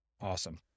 Awesome